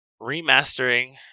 remastering